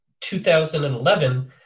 2011